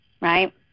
right